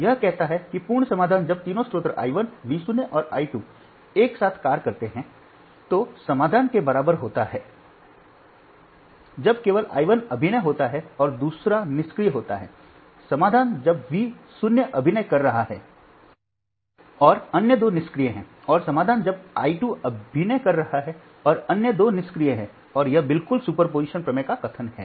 तो यह कहता है कि पूर्ण समाधान जब तीनों स्रोत I 1 V 0 और I 2 एक साथ कार्य करते हैं तो समाधान के बराबर होता है जब केवल I 1 अभिनय होता है और दूसरा निष्क्रिय होता हैसमाधान जब वी 0 अभिनय कर रहा है और अन्य दो निष्क्रिय हैं और समाधान जब I 2 अभिनय कर रहा है और अन्य दो निष्क्रिय हैं और यह बिल्कुल सुपरपोजिशन प्रमेय का कथन है